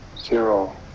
zero